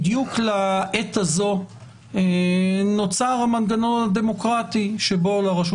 בדיוק לעת הזו נוצר המנגנון הדמוקרטי שבו לרשות